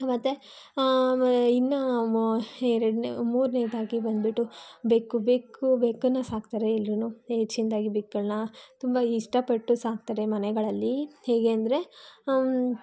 ಮತ್ತೆ ವೆ ಇನ್ನು ಎರಡನೇ ಮೂರನೇದಾಗಿ ಬಂದ್ಬಿಟ್ಟು ಬೆಕ್ಕು ಬೆಕ್ಕು ಬೆಕ್ಕನ್ನು ಸಾಕ್ತಾರೆ ಎಲ್ಲರೂ ಹೆಚ್ಚಿಂದಾಗಿ ಬೆಕ್ಕುಗಳನ್ನ ತುಂಬ ಇಷ್ಟಪಟ್ಟು ಸಾಕ್ತಾರೆ ಮನೆಗಳಲ್ಲಿ ಹೇಗೆ ಅಂದರೆ